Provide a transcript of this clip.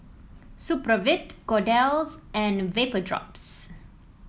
Supravit Kordel's and Vapodrops